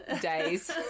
days